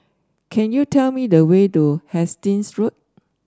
can you tell me the way to Hastings Road